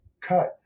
cut